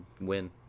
Win